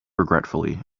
regretfully